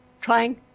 trying